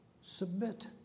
submit